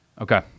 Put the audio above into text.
Okay